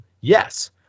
yes